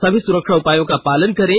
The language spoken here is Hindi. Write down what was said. सभी सुरक्षा उपायों का पालन करें